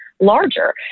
Larger